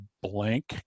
blank